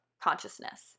consciousness